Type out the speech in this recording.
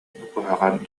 куһаҕан